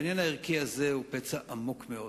העניין הערכי הזה הוא פצע עמוק מאוד,